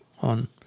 on